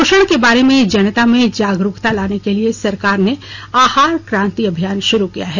पोषण के बारे में जनता में जागरूकता लाने के लिए सरकार ने आहार क्रांति अभियान शुरू किया है